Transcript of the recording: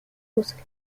russell